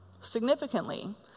Significantly